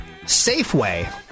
safeway